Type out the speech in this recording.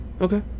Okay